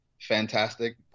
fantastic